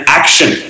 action